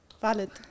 valid